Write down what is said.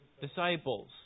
disciples